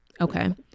Okay